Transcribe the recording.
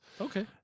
Okay